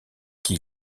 qui